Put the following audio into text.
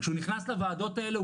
כשהוא נכנס לוועדות האלה,